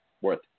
worth